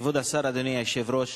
כבוד השר, אדוני היושב-ראש,